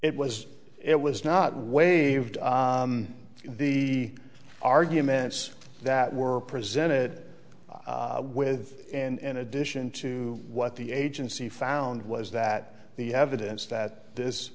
it was it was not waived the arguments that were presented with and addition to what the agency found was that the evidence that this